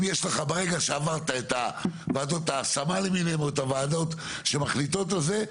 ברגע שעברת את ועדות ההשמה או את הוועדות שמחליטות על זה,